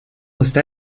está